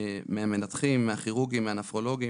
מהמנתחים, מהכירורגים, הנפרולוגים,